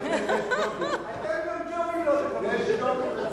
ג'ובים לא תקבלו.